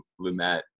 lumet